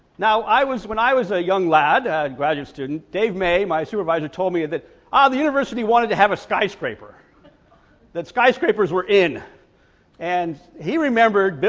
now i was when i was a young lad, a and graduate student dave may, my supervisor, told me that ah the university wanted to have a skyscraper that skyscrapers were in and he remembered,